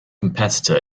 competitor